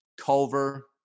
Culver